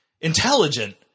intelligent